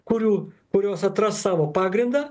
kurių kurios atras savo pagrindą